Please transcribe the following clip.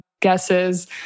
guesses